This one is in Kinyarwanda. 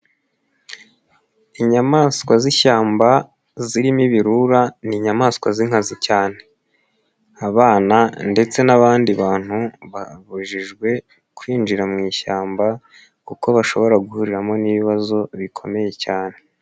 Inyamaswa z'ishyamba zirimo ibirura, ni inyamaswa z'inkazi cyane, abana ndetse n'abandi bantu babujijwe kwinjira mu ishyamba kuko bashobora guhuriramo n'ibibazo bikomeye cyane.